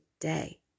day